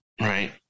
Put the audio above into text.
right